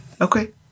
okay